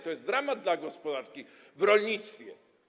To jest dramat dla gospodarki, w rolnictwie też.